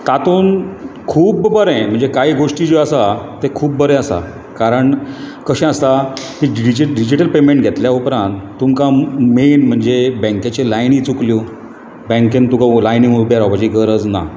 तातूंत खूब बरें म्हणजे कांय गोश्टी ज्यो आसता तें खूब बरें आसा कारण कशें आसा की डिजीटल पेमॅंट घेतल्या उपरांत तुमकां मेन म्हणचे बॅंकेचे लायनी चुकल्यो बॅंकेन तुका लायनीन उबें रावपाची गरज ना